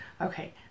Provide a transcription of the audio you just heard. Okay